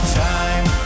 time